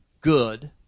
good